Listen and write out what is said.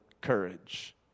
courage